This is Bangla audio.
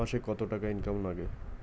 মাসে কত টাকা ইনকাম নাগে?